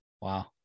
Wow